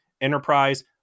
enterprise